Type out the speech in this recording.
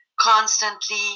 constantly